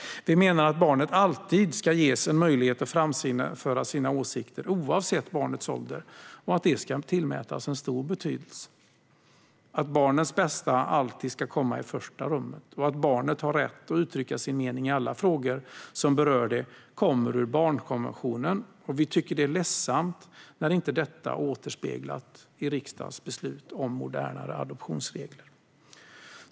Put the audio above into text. Vi menar att barnet alltid ska ges en möjlighet att framföra sina åsikter oavsett ålder och att det ska tillmätas stor betydelse. Att barnets bästa alltid ska komma i första rummet och att barnet har rätt att uttrycka sin mening i alla frågor som berör det kommer ur barnkonventionen. Vi tycker att det är ledsamt när inte detta återspeglas i riksdagens beslut om modernare adoptionsregler.